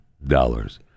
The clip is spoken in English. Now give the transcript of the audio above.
dollars